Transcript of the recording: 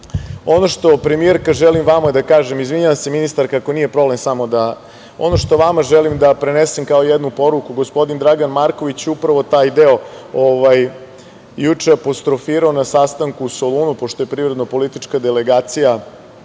što, premijerka, želim vama da kažem, izvinjavam se, ministarka, ako nije problem, da prenesem kao jednu poruku, gospodin Dragan Marković je upravo taj deo apostrofirao na sastanku u Solunu, pošto je privredno-politička delegacija